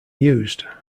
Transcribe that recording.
used